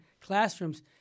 classrooms